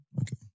Okay